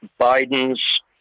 Biden's